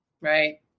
Right